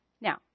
Now